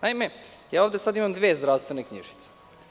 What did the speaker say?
Naime, ovde sada imam dve zdravstvene knjižice.